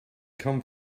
come